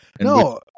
No